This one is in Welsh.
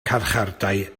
carchardai